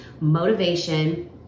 motivation